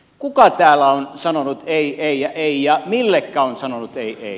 kuka täällä on sanonut ei ei ja ei ja millekä on sanonut ei ei